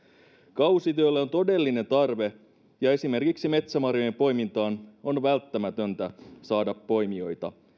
kausityölle on todellinen tarve ja esimerkiksi metsämarjojen poimintaan on välttämätöntä saada poimijoita